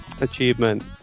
achievement